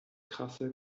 krasse